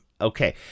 Okay